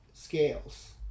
scales